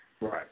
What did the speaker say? Right